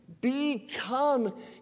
become